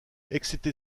excepté